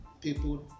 people